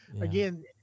Again